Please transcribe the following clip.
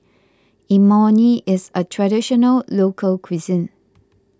Imoni is a Traditional Local Cuisine